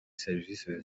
services